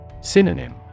Synonym